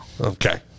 Okay